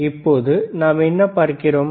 இப்போது நாம் என்ன பார்க்கிறோம்